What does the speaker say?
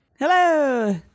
Hello